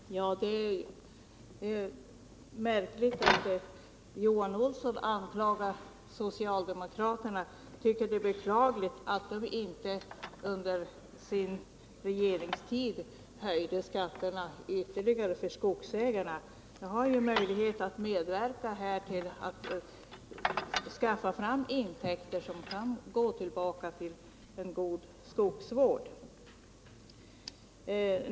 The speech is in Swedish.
Herr talman! Ja, det är märkligt att Johan Olsson tycker att det är beklagligt att socialdemokraterna inte under sin regeringstid höjde skatterna ytterligare för skogsägarna. Han har ju nu möjlighet att medverka till att skaffa fram intäkter, som kan utnyttjas för främjande av en god skogsvård.